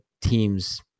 team's